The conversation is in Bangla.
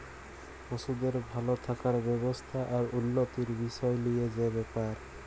পশুদের ভাল থাকার ব্যবস্থা আর উল্যতির বিসয় লিয়ে যে ব্যাপার